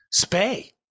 spay